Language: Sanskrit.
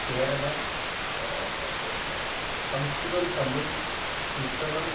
केरले संस्कृतं तमिळ् मिश्रणं